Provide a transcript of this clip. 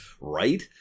right